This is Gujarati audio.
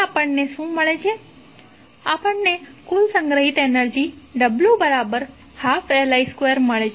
આપણને કુલ સંગ્રહિત એનર્જી w12Li2 મળે છે